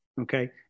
okay